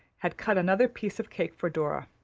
had cut another piece of cake for dora.